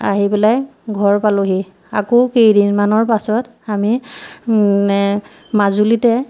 আহি পেলাই ঘৰ পালোহি আকৌ কেইদিনমানৰ পাছত আমি মাজুলীতে